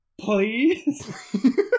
Please